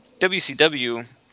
WCW